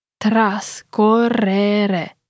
Trascorrere